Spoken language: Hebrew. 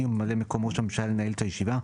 וממלא מקום ראש הממשלה ינהל את הישיבה,